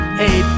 hey